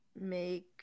make